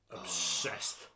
obsessed